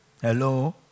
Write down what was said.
hello